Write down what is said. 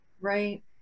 right